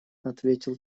ответил